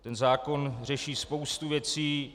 Ten zákon řeší spoustu věcí.